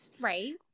Right